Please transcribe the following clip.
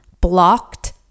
blocked